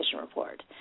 Report